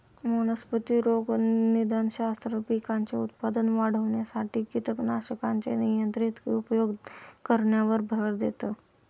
वनस्पती रोगनिदानशास्त्र, पिकांचे उत्पादन वाढविण्यासाठी कीटकनाशकांचे नियंत्रित उपयोग करण्यावर भर देतं